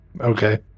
Okay